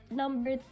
number